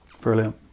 brilliant